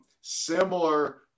Similar